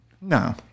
No